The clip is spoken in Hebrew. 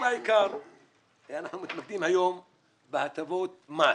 אנחנו מתמקדים היום בהטבות מס